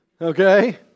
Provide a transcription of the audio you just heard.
Okay